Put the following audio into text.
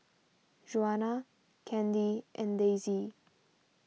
Juana Kandy and Daisye